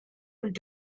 und